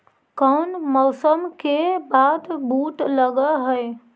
कोन मौसम के बाद बुट लग है?